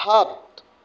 সাত